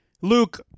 Luke